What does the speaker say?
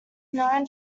known